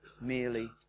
merely